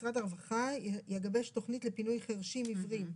משרד הרווחה יגבש תכנית לפינוי חירשים-עיוורים,